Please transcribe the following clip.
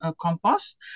compost